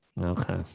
Okay